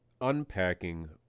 unpacking